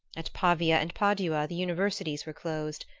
at pavia and padua the universities were closed.